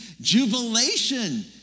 Jubilation